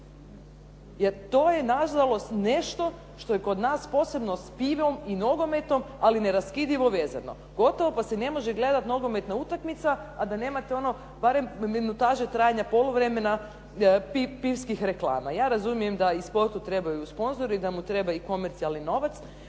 Jer to je na žalost nešto što je kod nas posebno s pivom i nogometom, ali neraskidivo vezano. Gotovo pa se ne može gledati nogometna utakmica, a da nemate ono barem minutaže trajanja poluvremena pivskih reklama. Ja razumijem da i sportu trebaju sponzori, da mu treba i komercijalni novac.